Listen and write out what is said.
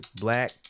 Black